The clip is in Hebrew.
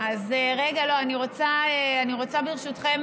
אז אני רוצה, ברשותכם,